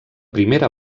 primera